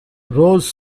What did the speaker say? rose